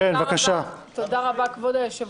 כבוד היושב-ראש,